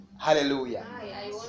Hallelujah